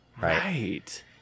right